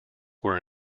were